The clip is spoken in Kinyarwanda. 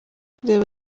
reba